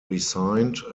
resigned